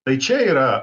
tai čia yra